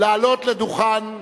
לעלות לדוכן הנואמים.